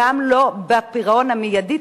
גם לא בפירעון המיידי,